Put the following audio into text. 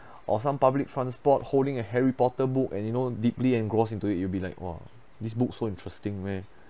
or some public transport holding a harry potter book and you know deeply engrossed into it you'll be like !wah! this book so interesting meh